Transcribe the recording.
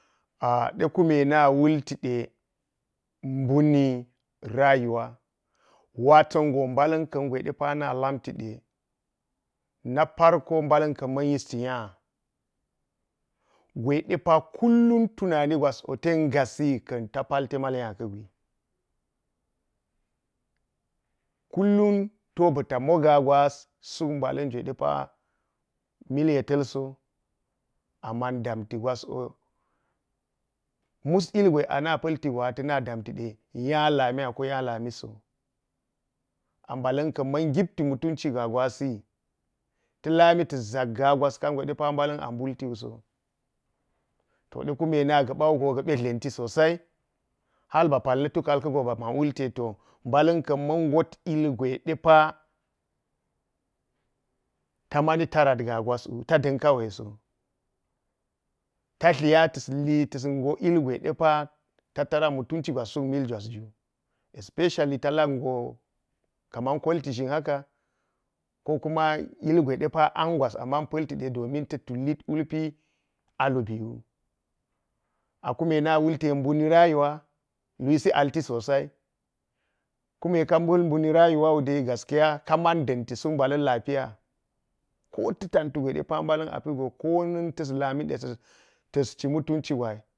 A ɗe kume na wultie buni rayuwa watongo balmkan depa na lamtide na farko balamkan man yishi nya, gwedepa kullum tunani gwaswo ten gasi kanta alte mal nya kagwi. Kullum to but mogagwas suk balan juwe depa mil yeralso. Amma damti gwaswo mus ilgwe ana paltiwa atana damtide nya lamiya ko nya lamiso, a balankan man gipti mutunci gagwasi ta lami tasʒak ga gwas gangwe a seoa balan a bultiwuso to de kulle na gapawogo gapyu. Gape tlanti sosai har ba palna tukal kago ba wule to balankan man get ilgwe depa ta mani tarat ga gwaswwu ta dan kawai so. Ta tliya tas li tas gwo ilgweda pa ta tara mutunci gwas suk milgwas especially mana palti de domin ta tullid wulpi a lubiwu, a kume na wulte buni rayuwa, luisi alti sosai kunne ka pal bunni rayuwa gsskiya ƙaman danti suk balam lapiya to ta tantu gwe balan a pigo koman tas lamide taci mutunici gwa.